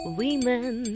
women